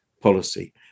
policy